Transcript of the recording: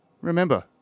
remember